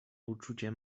uczucia